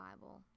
Bible